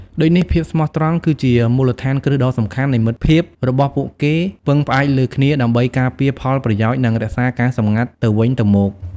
ដូចនេះភាពស្មោះត្រង់គឺជាមូលដ្ឋានគ្រឹះដ៏សំខាន់នៃមិត្តភាពរបស់ពួកគេពឹងផ្អែកលើគ្នាដើម្បីការពារផលប្រយោជន៍ និងរក្សាការសម្ងាត់ទៅវិញទៅមក ។